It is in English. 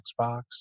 Xbox